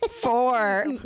four